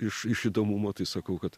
iš iš įdomumo tai sakau kad